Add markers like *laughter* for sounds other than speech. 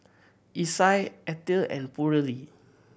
Isai Ethyl and *unintelligible*